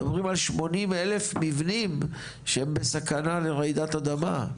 מדברים על 80,000 מבנים שהם בסכנה לרעידת אדמה.